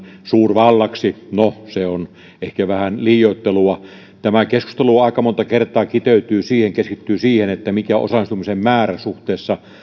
suurvallaksi no se on ehkä vähän liioittelua tämä keskustelu aika monta kertaa keskittyy siihen mikä on osallistumisen määrä suhteessa